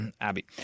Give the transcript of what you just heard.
Abby